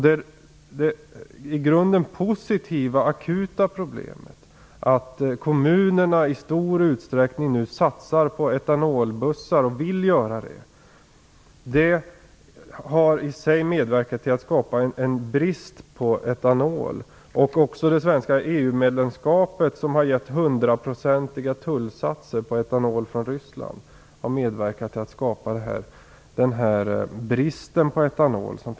Det i grunden positiva men akuta problemet, att kommunerna i stor utsträckning nu satsar och vill satsa på etanolbussar, har medverkat till att skapa en brist på etanol. Också det svenska EU-medlemskapet som har medfört hundraprocentiga tullsatser på etanol från Ryssland har medverkat till att skapa bristen på etanol i dag.